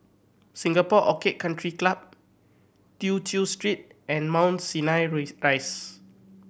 Singapore Orchid Country Club Tew Chew Street and Mount Sinai raise Rise